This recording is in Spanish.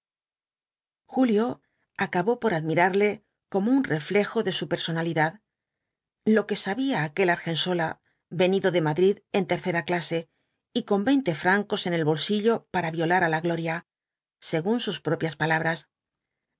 julio acabó por admirarle como un reflejo de su personalidad lo que sabía aquel argensola venido de madrid en tercera clase y con veinte francos en el bolsillo para violar á la gloria según sus propias palabras